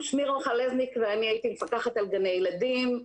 אני הייתי מפקחת על גני ילדים.